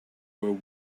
were